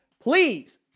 please